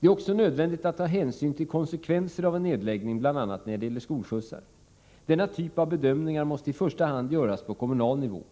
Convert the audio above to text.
Det är också nödvändigt att ta hänsyn till konsekvenser av en nedläggning, bl.a. när det gäller skolskjutsar. Denna typ av bedömningar måste i första hand göras på kommunal nivå.